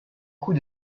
coût